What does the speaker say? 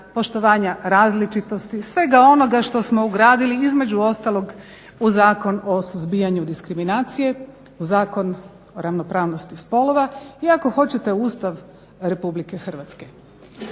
poštovanja različitosti, svega onoga što smo ugradili između ostalog u Zakon o suzbijanju diskriminacije, u Zakon o ravnopravnosti spolova i ako hoćete Ustav RH. Ustav RH naime